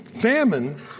famine